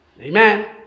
Amen